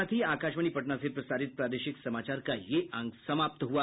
इसके साथ ही आकाशवाणी पटना से प्रसारित प्रादेशिक समाचार का ये अंक समाप्त हुआ